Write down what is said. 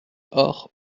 hors